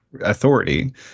authority